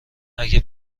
اگه